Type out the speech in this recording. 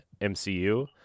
MCU